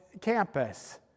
campus